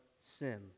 sin